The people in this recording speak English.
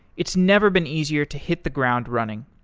it's never been easier to hit the ground running.